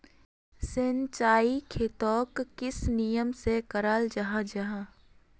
सिंचाई खेतोक किस नियम से कराल जाहा जाहा?